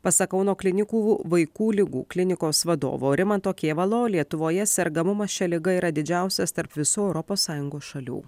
pasak kauno klinikų vaikų ligų klinikos vadovo rimanto kėvalo lietuvoje sergamumas šia liga yra didžiausias tarp visų europos sąjungos šalių